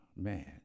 man